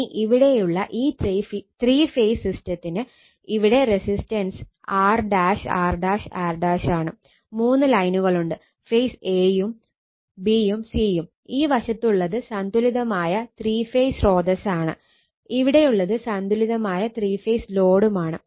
ഇനി ഇവിടെയുള്ള ഈ ത്രീ ഫേസ് സിസ്റ്റത്തിന് ഇവിടെ റസിസ്റ്റൻസ് R R R ആണ് മൂന്ന് ലൈനുകളുണ്ട് ഫേസ് a യും b യും c യും ഈ വശത്തുള്ളത് സന്തുലിതമായ ത്രീ ഫേസ് സ്രോതസ്സാണ് ഇവിടെയുള്ളത് സന്തുലിതമായ ത്രീ ഫേസ് ലോഡുമാണ്